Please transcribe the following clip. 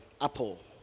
apple